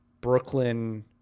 Brooklyn